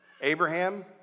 Abraham